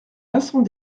vincent